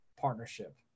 partnership